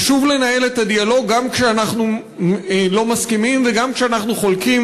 חשוב לנהל את הדיאלוג גם כשאנחנו לא מסכימים וגם כשאנחנו חולקים,